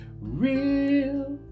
real